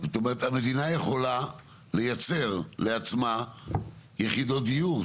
זאת אומרת המדינה יכולה לייצר לעצמה יחידות דיור.